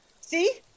See